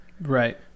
Right